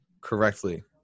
correctly